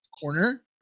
corner